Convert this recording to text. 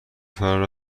فرار